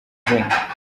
zina